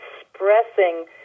expressing